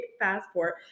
passport